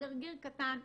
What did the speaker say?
גרגר קטן,